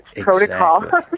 protocol